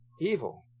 evil